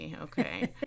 Okay